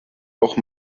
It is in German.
noch